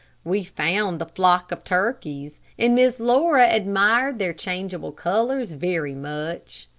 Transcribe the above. we found the flock of turkeys, and miss laura admired their changeable colors very much.